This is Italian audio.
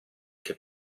che